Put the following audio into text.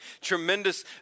tremendous